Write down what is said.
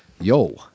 yo